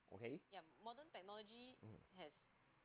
okay mm